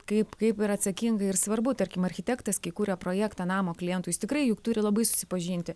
kaip kaip ir atsakinga ir svarbu tarkim architektas kai kuria projektą namo klientui jis tikrai juk turi labai susipažinti